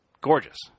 gorgeous